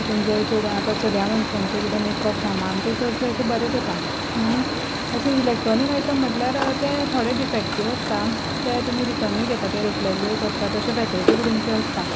तुमचे आतां चलयां मनशांचें अशें कितें मॅकअप सामान तें चडशें अशें बरेंच येता आनी अशे इलॅक्ट्रोनीक आयटम म्हणल्यार ते थोडे डिफेक्टिव्ह आसता ते तुमी रिटर्नूय घेता ते रिप्लेसूय करता तशें फेसिलिटी बी तेंच्यो आसता